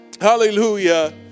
Hallelujah